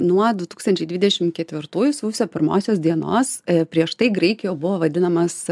nuo du tūkstančiai dvidešimt ketvirtųjų sausio pirmosios dienos prieš tai graikijoj jau buvo vadinamas